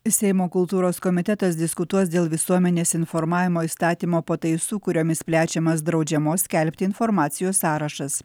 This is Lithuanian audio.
seimo kultūros komitetas diskutuos dėl visuomenės informavimo įstatymo pataisų kuriomis plečiamas draudžiamos skelbti informacijos sąrašas